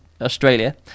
Australia